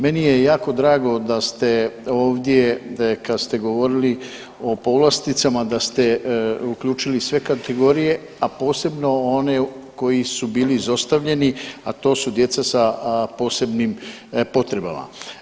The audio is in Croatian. Meni je jako drago da ste ovdje kad ste govorili o povlasticama da ste uključili sve kategorije, a posebno one koji su bili izostavljeni, a to su djeca sa posebnim potrebama.